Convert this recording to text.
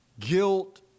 guilt